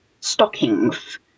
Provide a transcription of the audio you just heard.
stockings